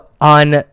on